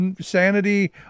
sanity